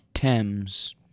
Thames